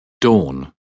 Dawn